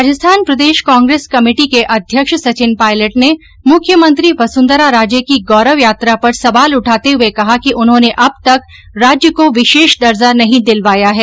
राजस्थान प्रदेश कांग्रेस कमेटी के अध्यक्ष सचिन पायलट ने मुख्यमंत्री वसुंधरा राजे की गौरव यात्रा पर सवाल उठाते हुए कहा कि उन्होंने अब तक राज्य को विर्शेष दर्जा नहीं दिलवाया है